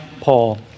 Paul